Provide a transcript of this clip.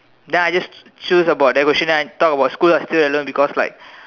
then I just choose about that question and then I talk about schools I still alone because like